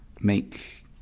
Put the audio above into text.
make